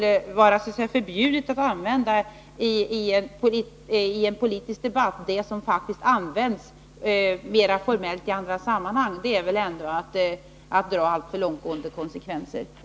Men att det skulle vara förbjudet att i en politisk debatt använda ett uttryck som faktiskt används mera formellt i andra sammanhang är väl att dra alltför långtgående konsekvenser.